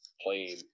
playing